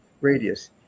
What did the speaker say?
radius